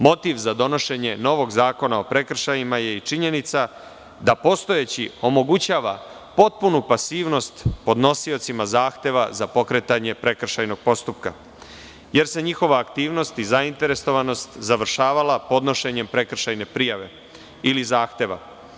Motiv za donošenje novog zakona o prekršajima je i činjenica da postojeći omogućava potpunu pasivnost podnosiocima zahteva za pokretanje prekršajnog postupka, jer se njihova aktivnost i zainteresovanost završavala podnošenjem prekršajne prijave ili zahteva.